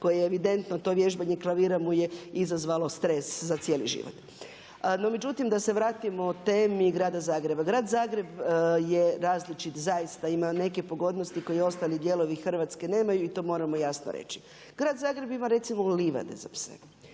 koje je evidentno to vježbanje klavira mu je izazvalo stres za cijeli život. No međutim da se vratimo temi grada Zagreba. Grad Zagreb je različit, zaista ima neke pogodnosti koje ostali dijelovi Hrvatske nemaju i to moramo jasno reći. Grad Zagreb ima recimo livade za pse.